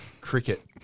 cricket